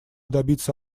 добиться